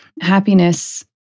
Happiness